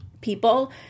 people